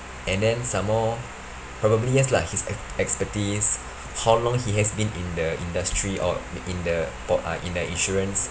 and then some more probably yes lah his ex~ expertise how long he has been in the industry or in the fo- uh in the insurance